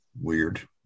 weird